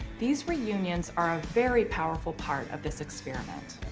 these reunions are a very powerful part of this experiment.